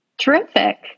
Terrific